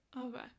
okay